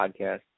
podcast